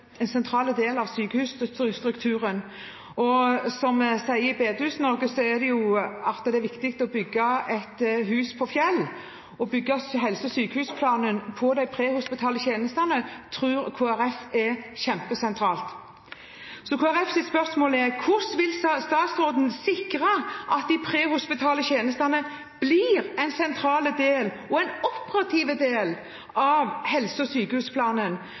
sentral del av sykehusstrukturen. Som vi sier i Bedehus-Norge: Det er viktig å bygge sitt hus på fjell. Å bygge helse- og sykehusplanen på de prehospitale tjenestene tror Kristelig Folkeparti er kjempesentralt. Så Kristelig Folkepartis spørsmål er: Hvordan vil statsråden sikre at de prehospitale tjenestene blir en sentral og operativ del av helse- og sykehusplanen?